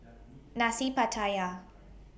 Nasi Pattaya